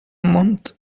month